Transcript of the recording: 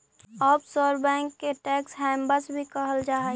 offshore bank के tax havens भी कहल जा हइ